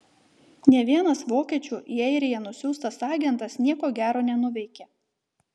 nė vienas vokiečių į airiją nusiųstas agentas nieko gero nenuveikė